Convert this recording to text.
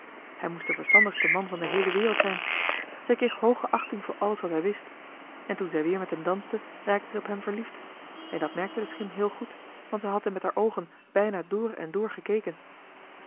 hij moest de verstandigste man van de heele wereld zijn zij kreeg hooge achting voor alles wat hij wist en toen zij weer met hem danste raakte zij op hem verliefd en dat merkte de schim heel goed want zij had hem met haar oogen bijna door en